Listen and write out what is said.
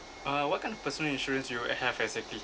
uh what kind of personal insurance you have exactly